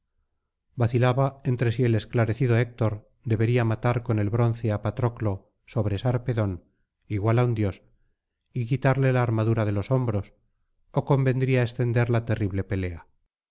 vacilaba entre si el esclarecido héctor debería matar con el bronce á patroclo sobre sarpedón igual á un dios y quitarle la armadura de los hombros ó convendría extender la terrible pelea